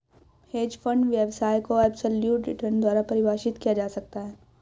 hedge fund व्यवसाय को absolute return द्वारा परिभाषित किया जा सकता है